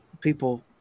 people